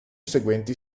seguenti